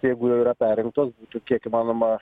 jeigu jau yra perimtos būtų kiek įmanoma